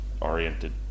oriented